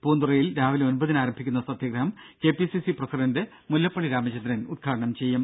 പൂന്തുറയിൽ രാവിലെ ഒമ്പതിന് ആരംഭിക്കുന്ന സത്യഗ്രഹം K P P C C president Mullappally Ramachandran ഉദ്ഘാടനം ചെയ്യും